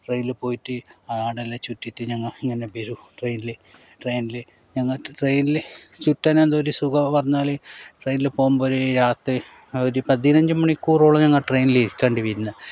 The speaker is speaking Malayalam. ട്രെയിനിൽ പോയിട്ട് ആടെയെല്ലാം ചുറ്റിയിട്ട് ഞങ്ങൾ ഇങ്ങനെ വരും ട്രെയിനിൽ ട്രെയിനിൽ ഞങ്ങൾക്കു ട്രെയിനിൽ ചുറ്റാൻ എന്തോ ഒരു സുഖമാണെന്നു പറഞ്ഞാൽ ട്രെയിനിൽ പോകുമ്പോൾ ഒരു യാത്ര ഒരു പതിനഞ്ച് മണിക്കൂറോളം ഞങ്ങൾ ട്രെയിനിൽ ഇരിക്കേണ്ടിവരുന്നു